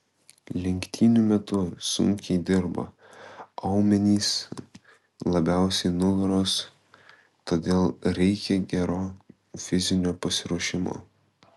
lenktynių metu sunkiai dirba aumenys labiausiai nugaros todėl reikia gero fizinio pasiruošimo